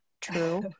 true